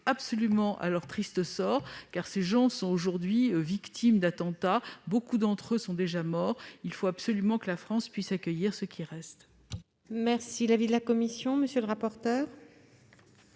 absolument à leur triste sort, car ces personnes sont aujourd'hui victimes d'attentats. Beaucoup d'entre elles sont déjà mortes. Il faut absolument que la France puisse accueillir celles qui restent. Quel est l'avis de la commission ? Je comprends